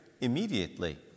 immediately